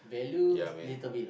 ya man